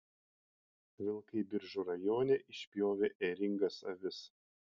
vilkai biržų rajone išpjovė ėringas avis